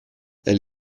elle